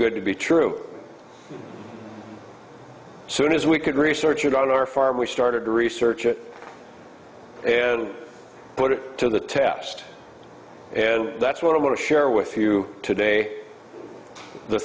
good to be true soon as we could research it on our farm we started to research it and put it to the test and that's what i'm going to share with you today the